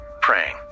praying